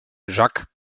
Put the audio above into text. jacques